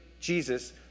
Jesus